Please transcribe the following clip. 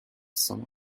some